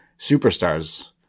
superstars